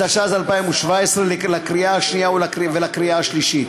התשע"ז 2017, לקריאה שנייה ולקריאה שלישית.